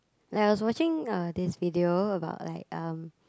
like I was watching uh this video about like um